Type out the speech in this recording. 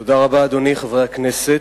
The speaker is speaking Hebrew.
אדוני, תודה רבה, חברי הכנסת,